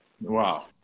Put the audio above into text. Wow